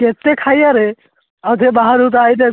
କେତେ ଖାଇବାରେ ଆଉ ସେ ବାହାରକୁ ଥରେ ଆଇଲେ